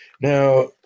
Now